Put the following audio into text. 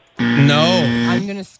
No